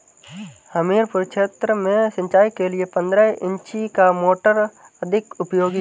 हमीरपुर क्षेत्र में सिंचाई के लिए पंद्रह इंची की मोटर अधिक उपयोगी है?